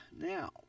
Now